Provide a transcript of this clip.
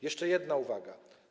Jeszcze jedna uwaga.